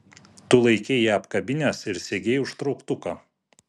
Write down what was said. tu laikei ją apkabinęs ir segei užtrauktuką